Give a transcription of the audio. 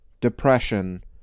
depression